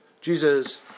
Jesus